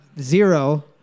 Zero